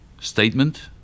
statement